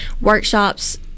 workshops